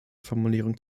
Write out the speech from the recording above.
formulierung